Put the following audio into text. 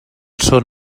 són